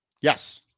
Yes